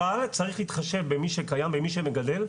אבל צריך להתחשב במי שקיים, במי שמגדל.